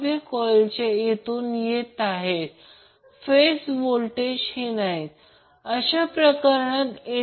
आणि फक्त ते लिहा त्याचा cosine 120° आहे आणि Ib चा अँगल 93